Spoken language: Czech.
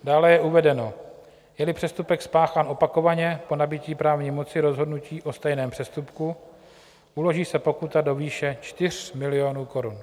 Dále je uvedeno: Jeli přestupek spáchán opakovaně po nabytí právní moci rozhodnutí o stejném přestupku, uloží se pokuta do výše 4 milionů korun.